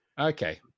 Okay